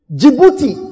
Djibouti